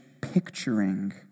picturing